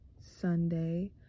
Sunday